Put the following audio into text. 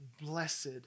blessed